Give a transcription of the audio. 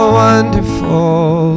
wonderful